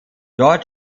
dort